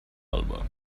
alba